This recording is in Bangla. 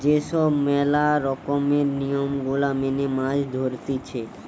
যে সব ম্যালা রকমের নিয়ম গুলা মেনে মাছ ধরতিছে